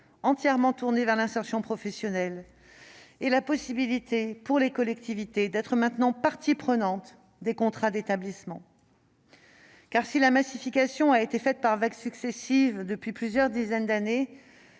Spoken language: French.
entièrement tournés vers l'insertion professionnelle, et la possibilité pour les collectivités d'être maintenant partie prenante des contrats d'établissement. Intervenue par vagues successives depuis plusieurs dizaines d'années,